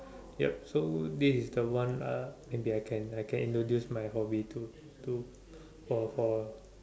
yup so this is the one uh maybe I can I can introduce my hobby to to for for